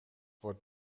wordt